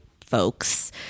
folks